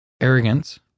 Arrogance